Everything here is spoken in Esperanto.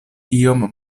iom